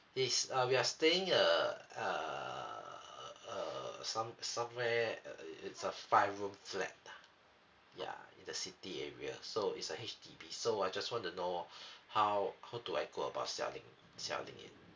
it's uh we are staying err err err some somewhere uh it's a five room flat lah yeah in the city area so it's a H_D_B so I just want to know how how do I go about selling selling it